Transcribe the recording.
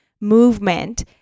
movement